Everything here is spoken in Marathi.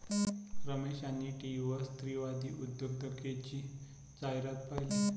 रमेश यांनी टीव्हीवर स्त्रीवादी उद्योजकतेची जाहिरात पाहिली